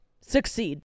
succeed